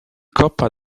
coppa